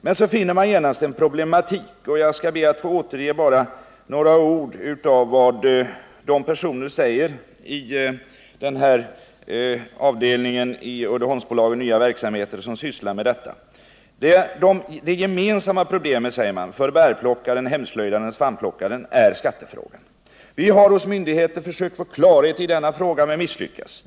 Men man står genast inför en problematik, och jag skall be att få återge några ord av vad de personer säger som arbetar inom avdelningen för denna verksamhet i Uddeholmsbolaget. Det gemensamma problemet för bärplockaren, svampplockaren och hemslöjdaren är skattefrågan. Vi har hos myndigheter försökt få klarhet i denna fråga men misslyckats.